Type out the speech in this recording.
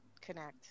connect